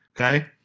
Okay